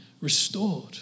restored